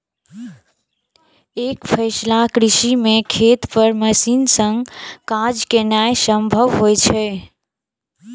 एकफसला कृषि मे खेत पर मशीन सं काज केनाय संभव होइ छै